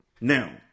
Now